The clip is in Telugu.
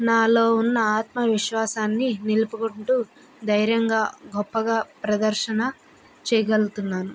నాలో ఉన్న ఆత్మవిశ్వాసాన్ని నిలుపుకుంటూ ధైర్యంగా గొప్పగా ప్రదర్శన చేయగలుగుతున్నాను